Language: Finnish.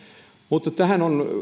mutta